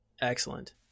excellent